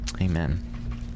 Amen